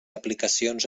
aplicacions